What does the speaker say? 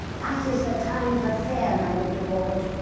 that is the time for fear my little lord,